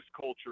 culture